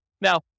Now